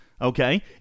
okay